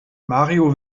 mario